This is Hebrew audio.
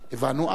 הבנו אז